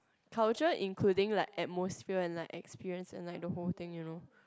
culture including like atmosphere and like experience and like the whole thing you know